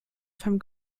von